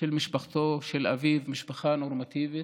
של משפחתו, של אביו, משפחה נורמטיבית,